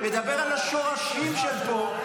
מדבר על השורשים שפה.